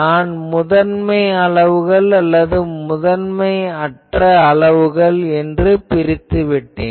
நான் முதன்மை அளவுகள் மற்றும் முதன்மையற்ற அளவுகளைப் பிரித்துவிட்டேன்